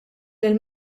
lil